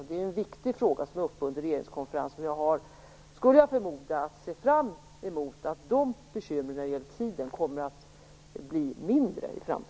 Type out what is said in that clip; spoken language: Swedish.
Det är en viktig fråga. Jag skulle förmoda att vi kan se fram emot att de bekymren blir mindre i framtiden.